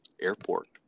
airport